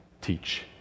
Teach